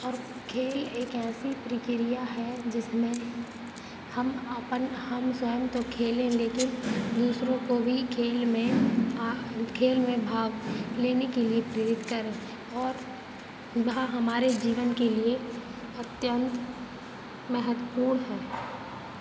और खेल एक ऐसी प्रक्रिया है जिसमें हम अपने हम स्वयं तो खेलें लेकिन दूसरों को भी खेल में आ खेल में भाग लेने के लिए प्रेरित करें और वह हमारे जीवन के लिए अत्यंत महत्त्वपूर्ण है